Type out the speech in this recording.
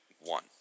one